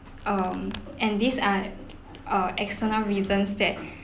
um and these are uh external reasons that